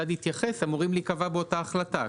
יתייחס אמורים להיקבע באותה החלטה.